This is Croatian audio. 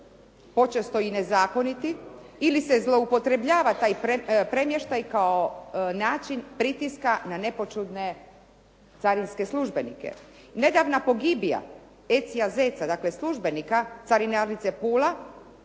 počesto i nezakoniti ili se zloupotrebljava taj premještaj kao način pritiska na nepoćudne carinske službenike. Nedavna pogibija Ecija Zeca, dakle službenika carinarnice Pula